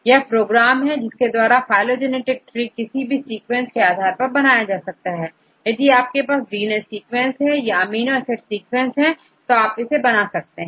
यह प्रोग्राम है जिसके द्वारा फाइलोजेनेटिक ट्री किसी भी सीक्वेंस के द्वारा बनाया जा सकता है यदि आपके पास डीएनए सीक्वेंस है या अमीनो एसिड सीक्वेंसेस है तो आप इसे बना सकते हैं